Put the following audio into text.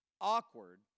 awkward